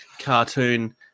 cartoon